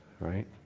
right